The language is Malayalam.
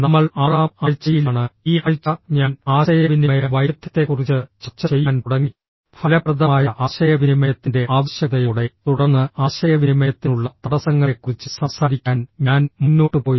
നമ്മൾ ആറാം ആഴ്ചയിലാണ് ഈ ആഴ്ച ഞാൻ ആശയവിനിമയ വൈദഗ്ധ്യത്തെക്കുറിച്ച് ചർച്ച ചെയ്യാൻ തുടങ്ങി ഫലപ്രദമായ ആശയവിനിമയത്തിന്റെ ആവശ്യകതയോടെ തുടർന്ന് ആശയവിനിമയത്തിനുള്ള തടസ്സങ്ങളെക്കുറിച്ച് സംസാരിക്കാൻ ഞാൻ മുന്നോട്ട് പോയി